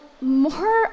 more